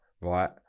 right